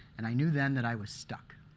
and i knew then that i was stuck.